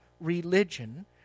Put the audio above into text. religion